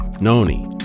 Noni